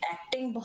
Acting